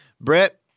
Brett